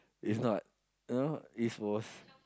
it's not you know it was